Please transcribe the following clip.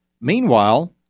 Meanwhile